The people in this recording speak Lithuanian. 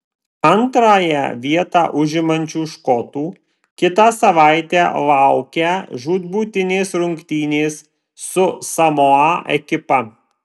antrąją vietą užimančių škotų kitą savaitę laukią žūtbūtinės rungtynės su samoa ekipa